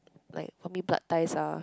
like how many blood ties are